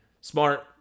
smart